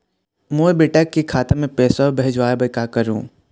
मोर बेटा खाता मा पैसा भेजवाए बर कर करों?